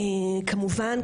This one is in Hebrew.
כמובן,